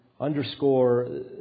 underscore